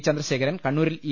ചന്ദ്രശേഖ രൻ കണ്ണൂരിൽ ഇ